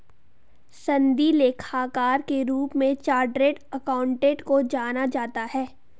सनदी लेखाकार के रूप में चार्टेड अकाउंटेंट को जाना जाता है